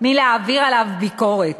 מלהעביר עליו ביקורת.